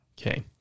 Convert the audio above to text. Okay